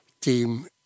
team